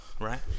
right